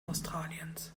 australiens